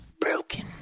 broken